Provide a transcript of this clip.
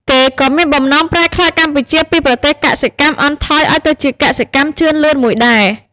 គេក៏មានបំណងប្រែក្លាយកម្ពុជាពីប្រទេសកសិកម្មអន់ថយឱ្យទៅជាកសិកម្មជឿនលឿនមួយដែរ ។